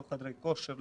לא חדרי כושר,